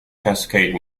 cascade